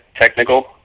Technical